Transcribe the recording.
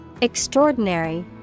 Extraordinary